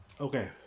Okay